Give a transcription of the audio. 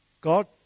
God